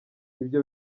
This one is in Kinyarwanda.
ibyo